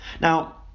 Now